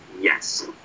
Yes